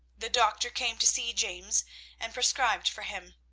the doctor came to see james and prescribed for him.